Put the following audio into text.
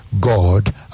God